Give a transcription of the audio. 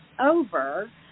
over